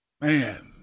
man